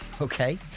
okay